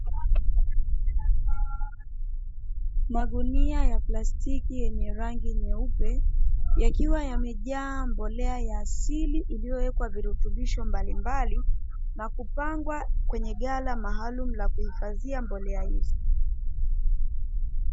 Magunia ya plastiki yenye rangi nyeupe, yakiwa yamejaa mbolea ya asili iiyowekwa virutubisho mbalimbali na kupangwa kwenye ghala maalumu la kuhifadhia mbolea hizo.